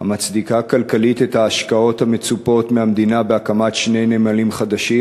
המצדיקה כלכלית את ההשקעות המצופות מהמדינה בהקמת שני נמלים חדשים?